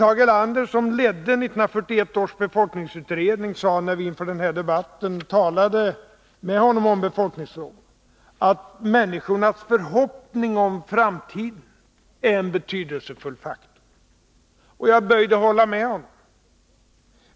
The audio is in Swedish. Tage Erlander, som ledde 1941 års befolkningsutredning, sade när vi inför den här debatten talade med honom om befolkningsfrågor, att människornas förhoppning om framtiden är en betydelsefull faktor. Jag är böjd att hålla med honom.